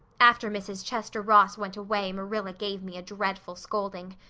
after mrs. chester ross went away, marilla gave me a dreadful scolding.